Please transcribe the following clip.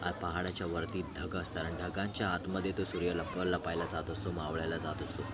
पहाडाच्या वरती ढग असतात अन ढगांच्या आतमध्ये तो सूर्य लपवायला लपायला जात असतो मावळायला जात असतो